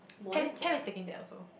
Pam Pam is taking that also